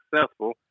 successful